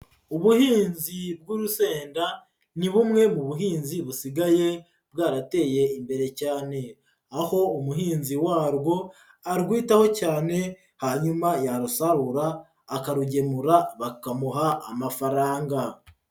Ubuhinzi bw'urusenda ni bumwe mu buhinzi busigaye bwarateye imbere cyane, aho umuhinzi warwo arwitaho cyane, hanyuma yarusarura akarugemura bakamuha amafaranga.